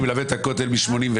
אני מלווה את הכותל מ-87',